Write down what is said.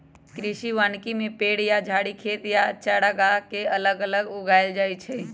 कृषि वानिकी में पेड़ या झाड़ी खेत या चारागाह के अगल बगल उगाएल जाई छई